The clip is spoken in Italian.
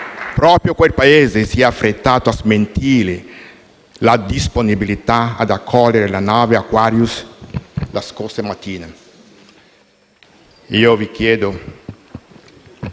Proprio quel Paese si è affrettato a smentire la disponibilità ad accogliere la nave Aquarius la scorsa mattina. Noi non